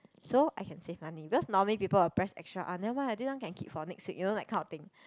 so I can save money because normally people will press extra ah nevermind ah this one can keep for next week you know that kind of thing